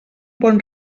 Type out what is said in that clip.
bon